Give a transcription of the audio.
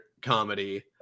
comedy